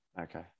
Okay